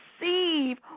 receive